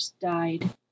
died